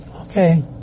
Okay